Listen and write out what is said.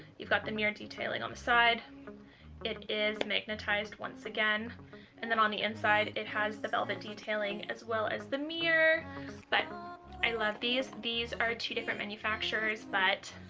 you've got the mirror detailing on the side it is magnetized once again and then on the inside it has the velvet detailing as well as the mirror but i love these these are two different manufacturers but